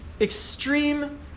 extreme